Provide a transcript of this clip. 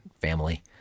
family